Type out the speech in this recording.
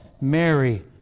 Mary